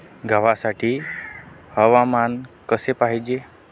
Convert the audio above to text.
गव्हासाठी हवामान कसे पाहिजे?